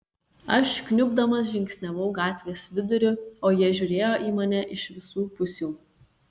aš kniubdamas žingsniavau gatvės viduriu o jie žiūrėjo į mane iš visų pusių